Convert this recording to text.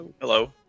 Hello